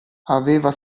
aveva